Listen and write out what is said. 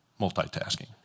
Multitasking